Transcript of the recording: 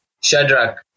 Shadrach